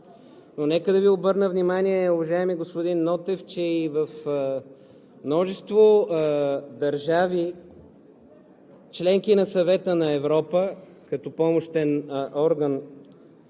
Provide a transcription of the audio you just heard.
Нека да Ви обърна внимание обаче, уважаеми господин Нотев, че и в множество държави – членки на Съвета на Европа, като помощен орган,